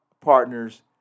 partners